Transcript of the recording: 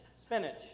spinach